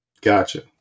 Gotcha